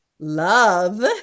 love